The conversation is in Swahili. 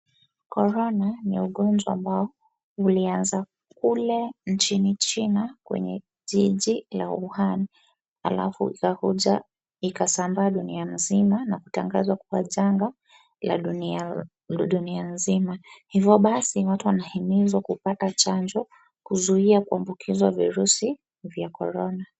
Korona ni ugonjwa ambao ulianza kule nchini China kwenye jiji la Uhan, halafu ikakuja ikasambaa dunia mzima na kutangazwa kuwa janga la dunia mzima. Hivyo basi watu wanahimizwa kupata chanjo kuzuia kuambukizwa virusi vya korona.